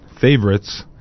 favorites